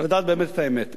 לדעת באמת את האמת.